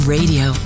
Radio